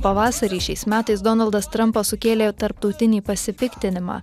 pavasarį šiais metais donaldas trumpas sukėlė tarptautinį pasipiktinimą